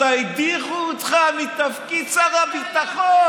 אתה, הדיחו אותך מתפקיד שר הביטחון.